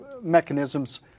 mechanisms